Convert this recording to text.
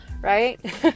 right